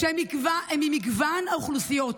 הם ממגוון האוכלוסיות,